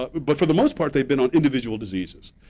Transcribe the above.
but but but, for the most part, they've been on individual diseases.